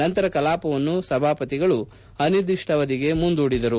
ನಂತರ ಕಲಾಪವನ್ನು ಸಭಾಪತಿ ಅನಿರ್ದಿಷ್ಟಾವಧಿಗೆ ಮುಂದೂಡಿದರು